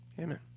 Amen